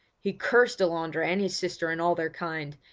he cursed delandre and his sister and all their kind,